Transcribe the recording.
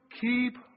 keep